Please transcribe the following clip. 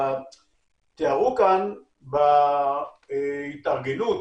תיארו כאן בהתארגנות,